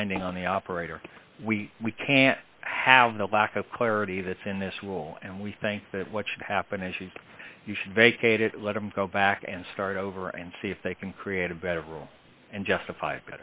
binding on the operator we we can't have the lack of clarity that's in this will and we think that what should happen is you you should vacate it let him go back and start over and see if they can create a better role and justif